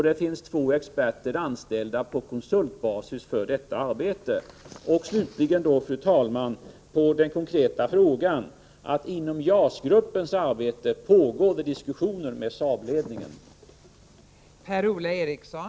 Det finns två experter anställda på konsultbasis för detta arbete. Slutligen, fru talman, vill jag på den konkreta frågan svara, att inom ramen för JAS-gruppens arbete pågår det diskussioner med Saab-ledningen.